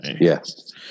Yes